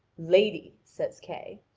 lady, says kay,